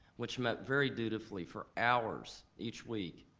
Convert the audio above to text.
which met very dutifully for hours each week,